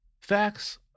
Facts